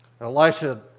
Elisha